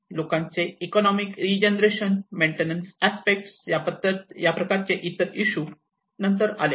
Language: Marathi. लोकांचे इकॉनोमिक रीजनरेशन मेन्टेनन्स अस्पेक्ट याप्रकारचे इतर इशू नंतर आलेत